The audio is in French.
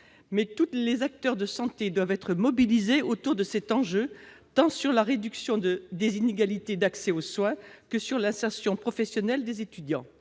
tous les acteurs de santé doivent être mobilisés autour de cet enjeu, tant sur la réduction des inégalités d'accès aux soins que sur l'insertion professionnelle des étudiants.